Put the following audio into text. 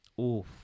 Oof